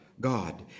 God